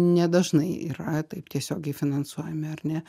ne dažnai yra taip tiesiogiai finansuojami ar ne